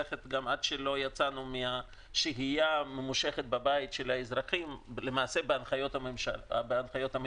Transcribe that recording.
עד שלא יצאנו מהשהייה הממושכת של האזרחים בבית מתוך הנחיות המדינה.